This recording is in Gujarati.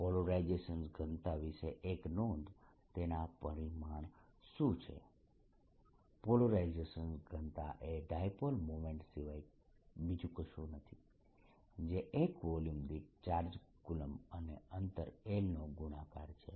પોલરાઇઝેશન ઘનતા વિશે એક નોંધ તેના પરિમાણ શું છે પોલરાઇઝેશન ઘનતા એ ડાયપોલ મોમેન્ટ સિવાય બીજું કશું નથી જે એકમ વોલ્યુમ દીઠ ચાર્જ કુલંબ અને અંતર L નો ગુણાકાર છે